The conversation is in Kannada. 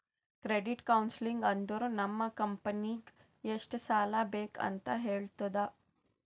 ಕ್ರೆಡಿಟ್ ಕೌನ್ಸಲಿಂಗ್ ಅಂದುರ್ ನಮ್ ಕಂಪನಿಗ್ ಎಷ್ಟ ಸಾಲಾ ಬೇಕ್ ಅಂತ್ ಹೇಳ್ತುದ